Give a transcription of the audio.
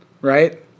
right